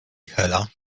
hela